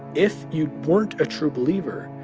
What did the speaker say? if you weren't a true believer,